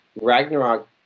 Ragnarok